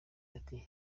ati